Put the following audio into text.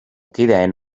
kideen